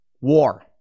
war